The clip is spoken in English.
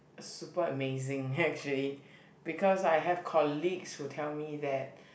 super amazing actually because I have colleagues who tell me that